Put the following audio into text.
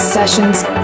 sessions